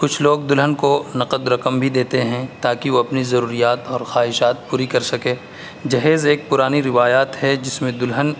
کچھ لوگ دلہن کو نقد رقم بھی دیتے ہیں تا کہ وہ اپنی ضروریات اور خواہشات پوری کر سکے جہیز ایک پرانی روایات ہے جس میں دلہن